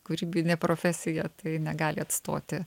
kūrybinė profesija tai negali atstoti